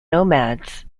nomads